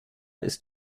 ist